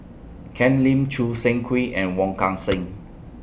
Ken Lim Choo Seng Quee and Wong Kan Seng